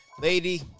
lady